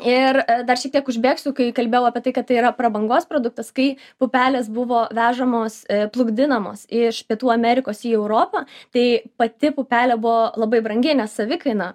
ir dar šiek tiek užbėgsiu kai kalbėjau apie tai kad tai yra prabangos produktas kai pupelės buvo vežamos plukdinamos iš pietų amerikos į europą tai pati pupelė buvo labai brangi nes savikaina